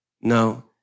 No